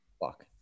Fuck